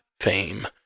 fame